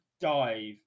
dive